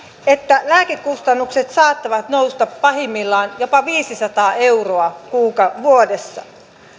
että lääkekustannukset saattavat nousta pahimmillaan jopa viisisataa euroa vuodessa